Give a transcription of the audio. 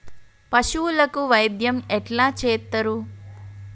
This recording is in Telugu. పశువులకు వైద్యం ఎట్లా చేత్తరు?